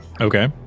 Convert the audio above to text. Okay